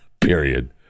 Period